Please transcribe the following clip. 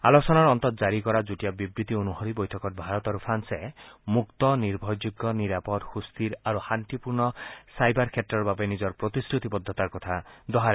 আলোচনাৰ অন্তত জাৰি কৰা যুটীয়া বিবৃতি অনুসৰি বৈঠকত ভাৰত আৰু ফ্ৰান্সে মুক্ত নিৰ্ভৰযোগ্য নিৰাপদ সূস্থিৰ আৰু শান্তিপূৰ্ণ ছাইবাৰ ক্ষেত্ৰৰ বাবে নিজৰ প্ৰতিশ্ৰুতিবদ্ধতাৰ কথা দোহাৰে